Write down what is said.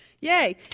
Yay